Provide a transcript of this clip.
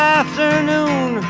afternoon